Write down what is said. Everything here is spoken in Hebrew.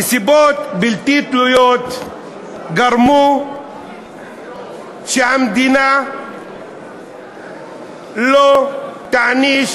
נסיבות בלתי תלויות גרמו שהמדינה לא תעניש